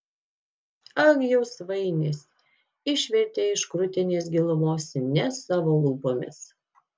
ag jau svainis išvertė iš krūtinės gilumos ne savo lūpomis